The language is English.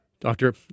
Doctor